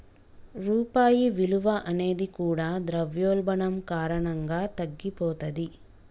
రూపాయి విలువ అనేది కూడా ద్రవ్యోల్బణం కారణంగా తగ్గిపోతది